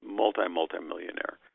multi-multi-millionaire